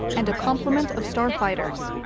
and a complement of starfighters.